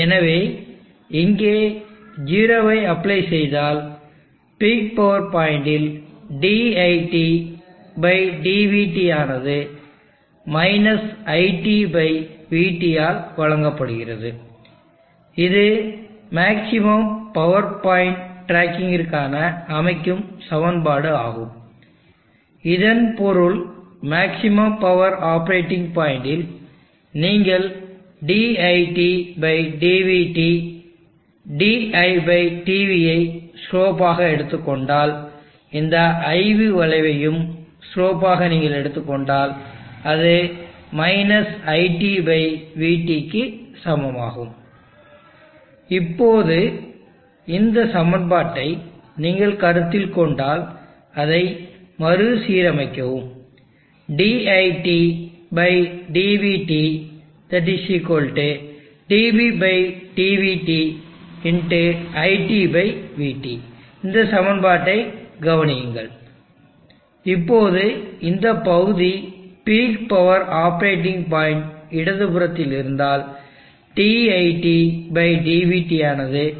எனவே இங்கே 0 ஐ அப்ளை செய்தால் பிக் பவர் பாயிண்டில் diTdvT ஆனது iTvT ஆல் வழங்கப்படுகிறது இது மேக்ஸிமம் பவர் பாயிண்ட் டிராக்கிங்கிற்கான அமைக்கும் சமன்பாடு ஆகும் இதன் பொருள் மேக்ஸிமம் பவர் ஆப்பரேட்டிங் பாயிண்டில் நீங்கள் diTdvT didv ஐ ஸ்லோப் ஆக எடுத்துக் கொண்டால் இந்த IV வளைவையும் ஸ்லோப் ஆக நீங்கள் எடுத்துக் கொண்டால் அது iTvT க்கு சமமாகும இப்போது இந்த சமன்பாட்டை நீங்கள் கருத்தில் கொண்டால் அதை மறுசீரமைக்கவும் diTdvT dpdvT iTvT இந்த சமன்பாட்டைக் கவனியுங்கள் இப்போது இந்த பகுதி பீக் பவர் ஆப்பரேட்டிங் பாயிண்ட் இடதுபுறத்தில் இருந்தால் diTdvT ஆனது - iTvT